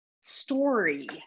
story